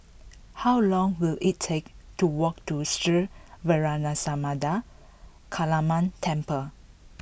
how long will it take to walk to Sri Vairavimada Kaliamman Temple